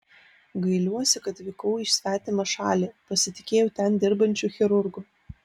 gailiuosi kad vykau į svetimą šalį pasitikėjau ten dirbančiu chirurgu